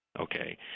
okay